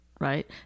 right